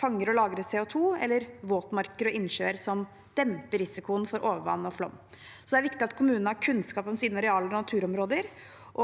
fanger og lagrer CO2, eller våtmarker og innsjøer som demper risikoen for overvann og flom. Det er altså viktig at kommunene har kunnskap om sine arealer og naturområder,